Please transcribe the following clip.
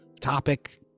topic